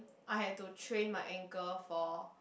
I had to train my ankle for